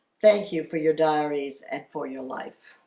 thank you for your diaries and for your life.